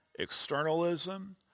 externalism